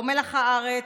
לא מלח הארץ.